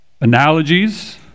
analogies